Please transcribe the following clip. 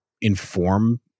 inform